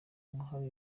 uruhare